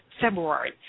February